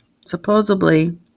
supposedly